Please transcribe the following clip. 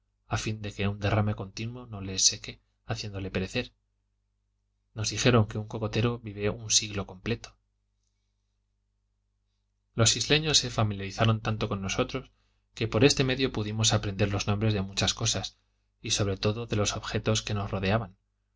a fin de que un derrame continuo no le seque haciéndole perecer nos dijeron que un cocotero vive un siglo completo los isleños se familiarizaron tanto con nosotros que por este medio pudimos aprender los nombres de muchas cosas y sobre todo de los objetos que nos rodeaban